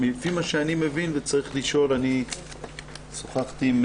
לפי מה שאני מבין שוחחתי עם